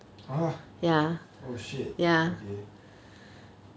!huh! oh shit okay